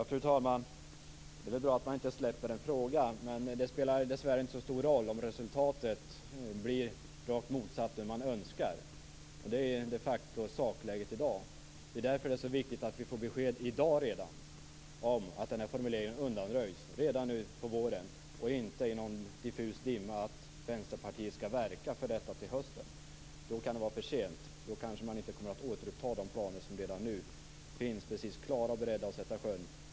Fru talman! Det är väl bra att man inte släpper en fråga, men det spelar dessvärre inte så stor roll, om resultatet blir rakt motsatt det som man önskar. Sådant är läget de facto i dag. Det är därför som det är så viktigt att få besked redan i dag om att formuleringen undanröjs redan nu i vår och att Vänsterpartiet inte diffust säger att det skall verka för det till hösten. Då kan det vara för sent, och då kommer man kanske inte att återuppta de planer som redan nu finns klara att sätta i sjön.